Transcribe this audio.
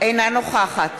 אינה נוכחת